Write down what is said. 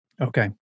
Okay